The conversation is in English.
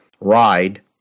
ride